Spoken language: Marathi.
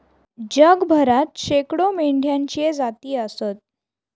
जगभरात शेकडो मेंढ्यांच्ये जाती आसत